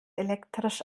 elektrisch